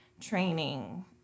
training